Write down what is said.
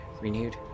renewed